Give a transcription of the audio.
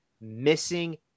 missing